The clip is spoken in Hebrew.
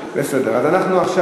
יש לנו עוד.